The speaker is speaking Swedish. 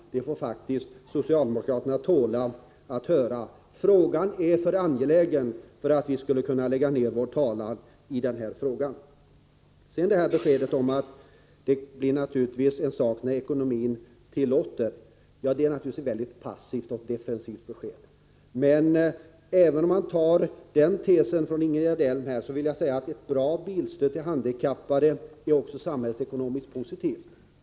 Det får faktiskt socialdemokraterna tåla att höra. Frågan är för angelägen för att vi skall kunna lägga ner vår talan. Upplysningen om att detta förslag kommer när ekonomin tillåter är naturligtvis ett mycket passivt och defensivt besked. Även om man godtar det beskedet från Ingegerd Elm vill jag säga att ett bra bilstöd till handikappade också är samhällsekonomiskt positivt.